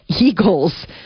Eagles